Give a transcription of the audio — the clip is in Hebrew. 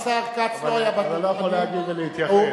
אז אני לא יכול להגיב ולהתייחס.